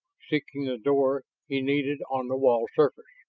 seeking the door he needed on the wall surface.